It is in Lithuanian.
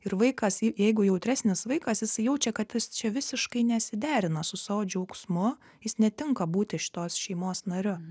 ir vaikas jei jeigu jautresnis vaikas jisai jaučia kad jis čia visiškai nesiderina su savo džiaugsmu jis netinka būti šitos šeimos nariu